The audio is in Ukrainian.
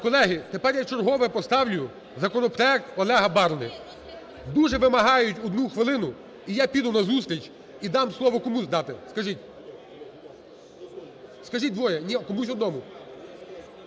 Колеги, тепер я вчергове поставлю законопроект Олега Барни. Дуже вимагають одну хвилину, і я піду назустріч і дам слово… Кому дати, скажіть. Скажіть двоє. Ні, комусь одному.